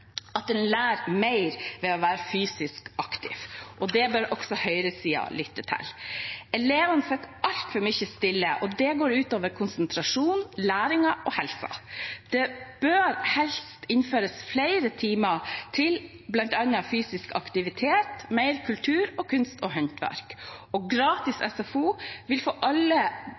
bør også høyresiden lytte til. Elevene sitter altfor mye stille, og det går ut over konsentrasjonen, læringen og helsen. Det bør helst innføres flere timer til bl.a. fysisk aktivitet, mer kultur, kunst og håndverk. Gratis SFO vil gi alle